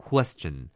Question